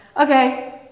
okay